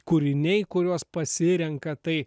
kūriniai kuriuos pasirenka tai